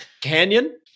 canyon